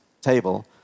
table